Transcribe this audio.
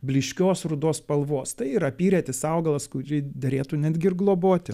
blyškios rudos spalvos tai yra apyretis augalas kurį derėtų netgi ir globoti